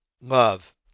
love